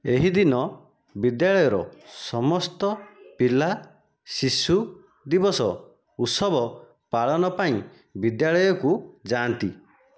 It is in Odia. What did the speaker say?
ଏହିଦିନ ବିଦ୍ୟାଳୟର ସମସ୍ତ ପିଲା ଶିଶୁ ଦିବସ ଉତ୍ସବ ପାଳନ ପାଇଁ ବିଦ୍ୟାଳୟକୁ ଯାଆନ୍ତି